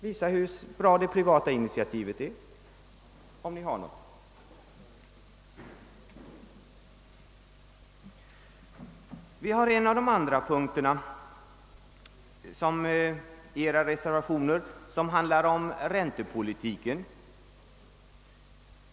Visa hur bra det privata initiativet är — om ni har något! En av era punkter handlar om räntepolitiken.